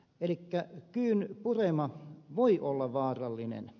elikkä kyyn purema voi olla vaarallinen